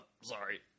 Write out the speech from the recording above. Sorry